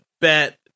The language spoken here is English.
bet